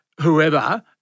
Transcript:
whoever